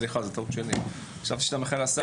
סליחה, זו טעות שלי, חשבתי שאתה מאחל לשר.